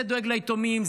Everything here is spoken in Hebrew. זה דואג ליתומים,